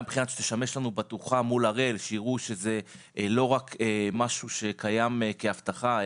וגם תשמש לנו בטוחה מול הראל - שיראו שזה לא רק משהו שקיים כהבטחה,